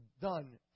done